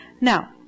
Now